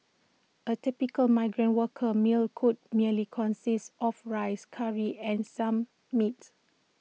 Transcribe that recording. A typical migrant worker meal could merely consist of rice Curry and some meat